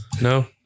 No